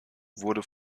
wurde